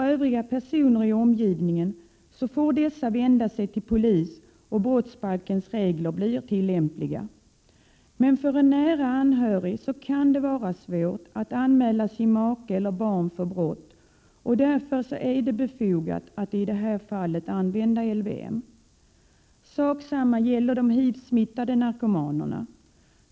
Övriga personer i omgivningen får emellertid vända sig till polis, och brottsbalkens regler blir då tillämpliga. För en nära anhörig kan det emellertid vara svårt att anmäla sin make eller sitt barn för brott, och därför är det befogat att i detta fall i stället tillämpa LVM. Sak samma gäller de HIV-smittade narkomanerna.